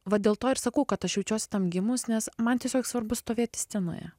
va dėl to ir sakau kad aš jaučiuosi tam gimus nes man tiesiog svarbu stovėti scenoje